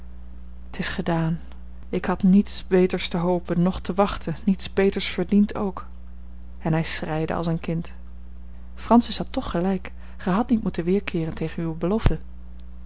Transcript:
t is gedaan ik had niets beters te hopen noch te wachten niets beters verdiend ook en hij schreide als een kind francis had toch gelijk gij hadt niet moeten weerkeeren tegen uwe belofte